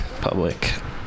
public